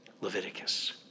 Leviticus